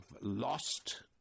lost